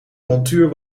montuur